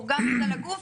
או גם בגלל הגוף,